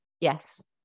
Yes